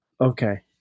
Okay